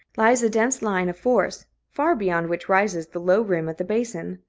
lies a dense line of forest, far beyond which rises the low rim of the basin.